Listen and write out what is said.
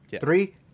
Three